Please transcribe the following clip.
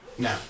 No